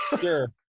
sure